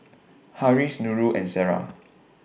Harris Nurul and Sarah